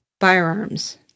firearms